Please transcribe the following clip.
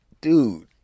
Dude